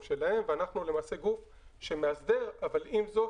שלהם ואנחנו הוא גוף שמאסדר אבל עם זאת,